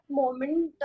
moment